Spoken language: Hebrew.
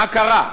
מה קרה?